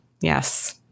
Yes